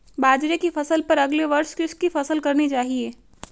बाजरे की फसल पर अगले वर्ष किसकी फसल करनी चाहिए?